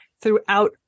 Throughout